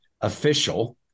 official